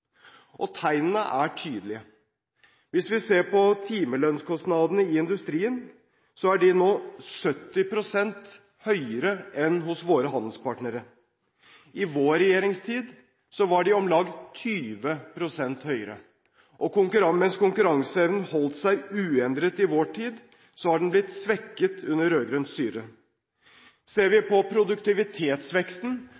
Og tegnene er tydelige. Hvis vi ser på timelønnskostnadene i industrien, er de nå 70 pst. høyere enn hos våre handelspartnere. I vår regjeringstid var de om lag 20 pst. høyere. Mens konkurranseevnen holdt seg uendret i vår tid, har den blitt svekket under rød-grønt styre. Ser vi